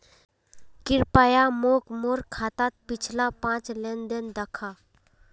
कृप्या मोक मोर खातात पिछला पाँच लेन देन दखा